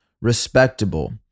respectable